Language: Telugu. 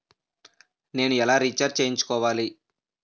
నేను ఎలా రీఛార్జ్ చేయించుకోవాలి?